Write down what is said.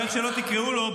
או איך שלא תקראו לו,